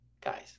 Guys